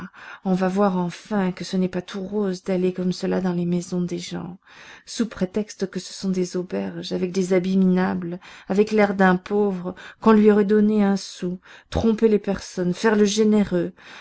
on va voir enfin que ce n'est pas tout roses d'aller comme cela dans les maisons des gens sous prétexte que ce sont des auberges avec des habits minables avec l'air d'un pauvre qu'on lui aurait donné un sou tromper les personnes faire le généreux